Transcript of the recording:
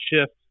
shift